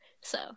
so-